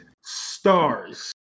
stars